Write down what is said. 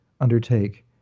undertake